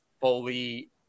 fully